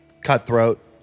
cutthroat